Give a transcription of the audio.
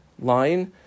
line